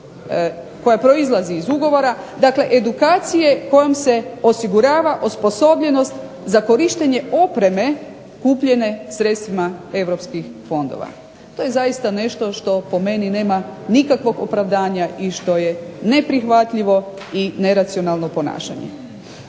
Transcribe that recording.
koja proizlazi iz ugovora, dakle edukacije s kojom se osigurava osposobljenost za korištenje opreme kupljene sredstvima europskih fondova. To je zaista nešto što po meni nema nikakvog opravdanja i što je neprihvatljivo i neracionalno ponašanje.